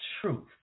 truth